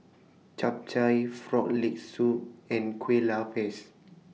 Chap Chai Frog Leg Soup and Kuih Lopes